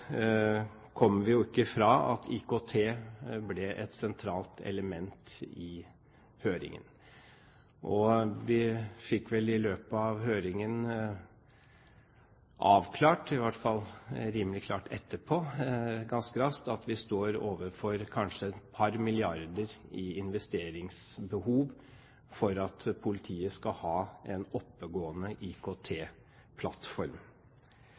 kommer vi jo ikke fra at IKT ble et sentralt element i høringen. Vi fikk vel i løpet av høringen avklart, i hvert fall rimelig klart og ganske raskt etterpå, at vi står overfor et par milliarder i investeringsbehov for at politiet skal ha